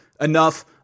Enough